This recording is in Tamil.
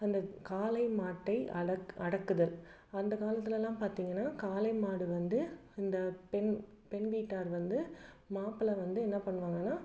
அந்த காளை மாட்டை அடக்குதல் அந்த காலத்திலலாம் பார்த்திங்கன்னா காளை மாடு வந்து இந்த பெண் பெண் வீட்டார் வந்து மாப்பிள வந்து என்ன பண்ணுவாங்கன்னா